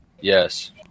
Yes